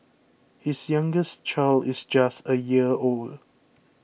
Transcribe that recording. his youngest child is just a year old